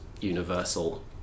universal